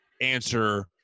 answer